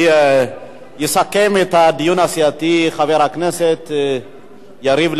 יסכם את הדיון הסיעתי חבר הכנסת יריב לוין.